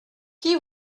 qui